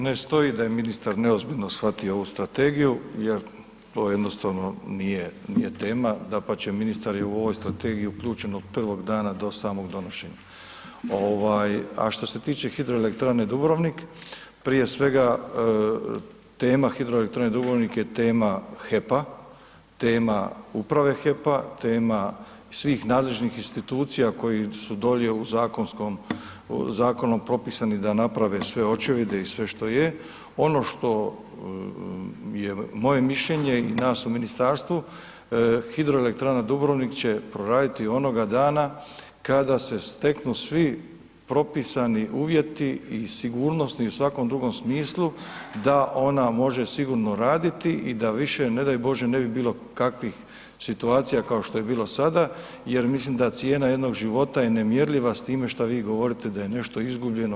Ne stoji da je ministar neozbiljno shvatio ovu strategiju jer to jednostavno nije tema, dapače, ministar je u ovoj strategiji uključen od prvog dana do samog donošenja a što se tiče HE Dubrovnik, prije svega, tema HE Dubrovnik je tema HEP-a, tema uprave HEP-a, tema nadređenih institucija koji su dolje zakonom propisani da naprave sve očevide i sve što je, ono što je moje mišljenje i nas u ministarstvu, HE Dubrovnik će proraditi onog dana kada se steknu svi propisani uvjeti i sigurnosni i u svakom drugom smislu da ona može sigurno raditi i da više ne daj bože ne bi bilo kakvih situacija kao što je bilo sada jer mislim da cijena jednog života je nemjerljiva s time šta vi govorite da je nešto izgubljeno.